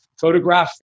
photograph